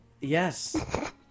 Yes